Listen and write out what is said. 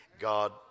God